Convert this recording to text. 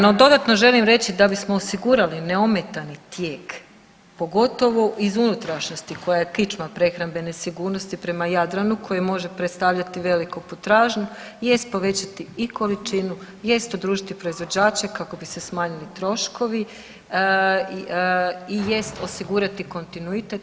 No dodatno želim reći da bismo osigurali neometani tijek, pogotovo iz unutrašnjosti koja je kičma prehrambene sigurnosti prema Jadranu koji može predstavljati veliku potražnju jest povećati i količinu, jest udružiti proizvođače kako bi se smanjili troškovi i jest osigurat kontinuitet.